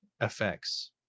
effects